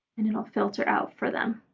and it'll filter out for them.